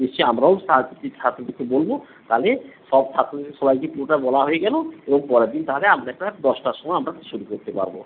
নিশ্চই আমরাও সা ছাত্রদেরকে বলবো তালে সব ছাত্রদের সবাইকে পুরোটা বলা হয়ে গেলো এবং পরের দিন তাহলে আমরা একটা দশটার সমায় আমরা শুরু করতে পারবো